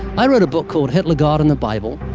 i wrote a book called, hitler, god, and the bible,